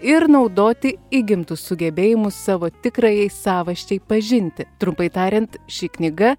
ir naudoti įgimtus sugebėjimus savo tikrajai savasčiai pažinti trumpai tariant ši knyga